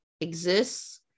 exists